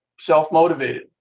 self-motivated